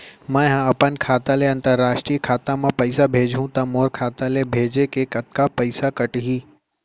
मै ह अपन खाता ले, अंतरराष्ट्रीय खाता मा पइसा भेजहु त मोर खाता ले, भेजे के कतका पइसा कटही?